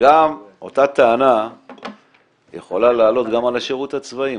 אותה טענה יכולה לעלות גם על השירות הצבאי,